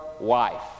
wife